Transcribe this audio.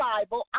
Bible